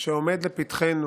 שעומד לפתחנו,